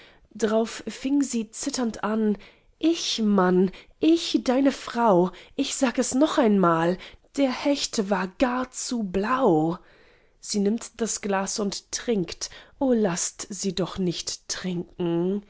drauf fing sie zitternd an ich mann ich deine frau ich sag es noch einmal der hecht war gar zu blau sie nimmt das glas und trinkt o laßt sie doch nicht trinken